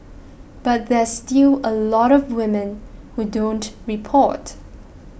but there's still a lot of women who don't report